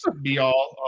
be-all